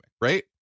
right